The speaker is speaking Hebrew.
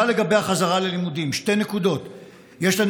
מילה